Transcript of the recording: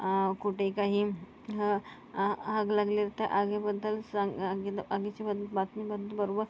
कुठे काही आ आग लागली तर आगीबद्दल सांग आगीत आगीची बद्दल बातमी बरोबर